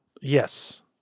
Yes